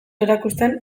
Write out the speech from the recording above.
erakusten